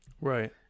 Right